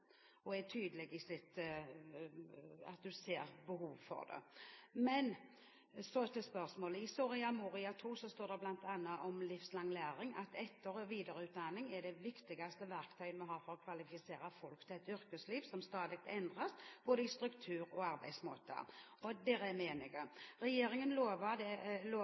og er tydelig på at hun ser behov for det. Men så til spørsmålet. I Soria Moria II står det bl.a. om livslang læring: «Etter- og videreutdanning er et av de viktigste verktøyene vi har for å kvalifisere folk til et yrkesliv som stadig endres, både i struktur og arbeidsmåter.» Der er vi enige. Regjeringen